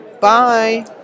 Bye